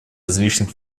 различных